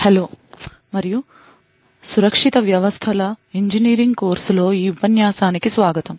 hello మరియు secure systems engineering కోర్సులో ఈ ఉపన్యాసానికి స్వాగతం